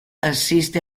assiste